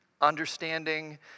understanding